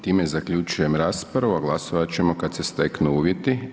Time zaključujem raspravu a glasovat ćemo kad se steknu uvjeti.